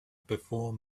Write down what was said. before